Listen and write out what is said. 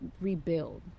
rebuild